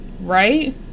right